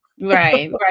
Right